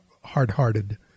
hard-hearted